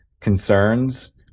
concerns